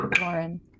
Lauren